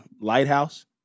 Lighthouse